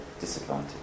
disadvantage